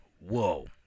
Whoa